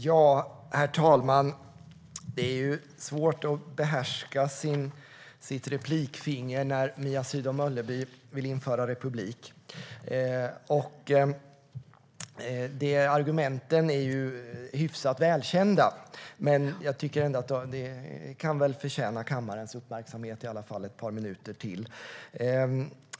Herr talman! Det är svårt att behärska sitt replikfinger när Mia Sydow Mölleby vill införa republik. Argumenten är hyfsat välkända, men jag tycker ändå att de kan förtjäna kammarens uppmärksamhet i alla fall i ett par minuter till.